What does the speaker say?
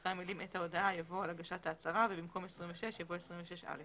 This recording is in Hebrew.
אחר המילים "את ההודעה" יבוא "על הגשת ההצהרה" ובמקום "26" יבוא "26א".